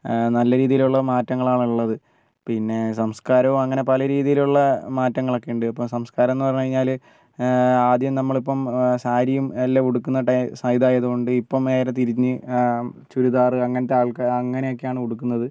നല്ല രീതിയിലുള്ള മാറ്റങ്ങളാണുള്ളത് പിന്നെ സംസ്കാരവും അങ്ങനെ പല രീതിയിലുള്ള മാറ്റങ്ങളൊക്കെ ഉണ്ട് ഇപ്പോൾ സംസ്കാരം എന്ന് പറഞ്ഞുകഴിഞ്ഞാൽ ആദ്യം നമ്മളിപ്പം സാരിയും എല്ലാം ഉടുക്കുന്ന ഇതായതുകൊണ്ട് ഇപ്പം നേരെ തിരിഞ്ഞ് ചുരിദാർ അങ്ങനത്തെ ആൾക്കാർ അങ്ങനെയൊക്കെയാണ് ഉടുക്കുന്നത്